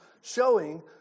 showing